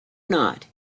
not